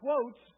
quotes